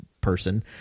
person